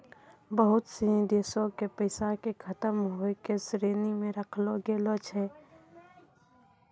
बहुते सिनी देशो के पैसा के खतम होय के श्रेणी मे राखलो गेलो छै